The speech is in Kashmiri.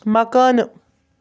مکانہٕ